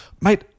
Mate